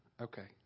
okay